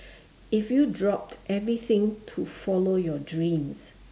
if you dropped everything to follow your dreams